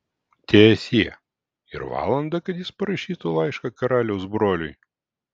teesie ir valandą kad jis parašytų laišką karaliaus broliui